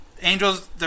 Angels